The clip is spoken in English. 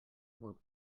were